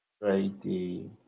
friday